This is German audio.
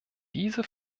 diese